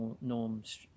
norms